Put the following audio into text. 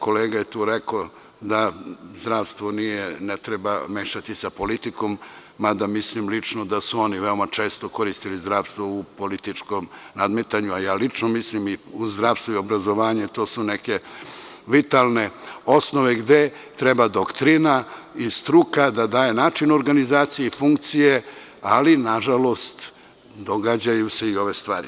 Kolega je rekao da zdravstvo ne treba mešati sa politikom, mada lično mislim da su oni veoma često koristili zdravstvo u političkom nadmetanju i lično mislim da su zdravstvo i obrazovanje vitalne osnove gde treba doktrina i struka da daju način organizacije i funkcije, ali na žalost događaju i se i ove stvari.